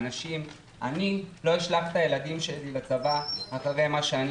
אני לא אשלח את הילדים שלי לצבא אחרי מה שאני